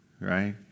right